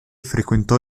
frequentò